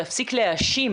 להפסיק להאשים